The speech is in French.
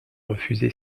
refusé